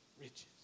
riches